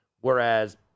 Whereas